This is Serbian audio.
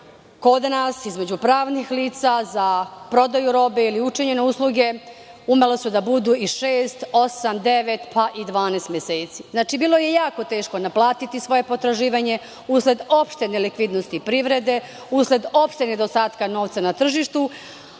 kod nas između pravnih lica za prodaju robe ili učinjene usluge su umele da budu i šest, osam, devet, pa i 12 meseci. Bilo je jako teško naplatiti svoje potraživanje usled opšte nelikvidnosti privrede, usled opšteg nedostatka novca na tržištu,